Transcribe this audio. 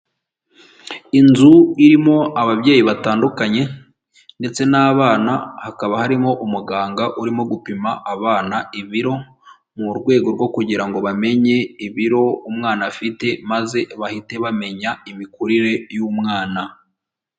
Inzu irimo ababyeyi batandukanye, ndetse n'abana hakaba harimo umuganga urimo gupima abana ibiro, mu rwego rwo kugira ngo bamenye ibiro umwana afite maze bahite bamenya imikurire y'umwana.